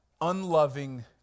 unloving